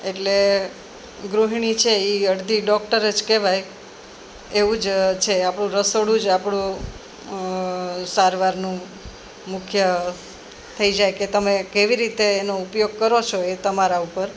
એટલે ગૃહિણી છે ઈ અડધી ડોક્ટર જ કહેવાય એવું જ છે આપણું રસોડું જ આપણું સારવારનું મુખ્ય થઈ જાય કે તમે કેવી રીતે એનો ઉપયોગ કરો છો એ તમારા ઉપર